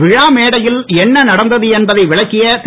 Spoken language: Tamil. விழா மேடையில் என்ன நடந்தது என்பதை விளக்கிய திரு